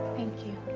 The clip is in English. thank you.